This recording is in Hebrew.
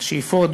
בשאיפות,